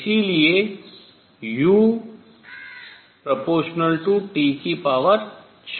इसलिए uT4 है